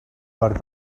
per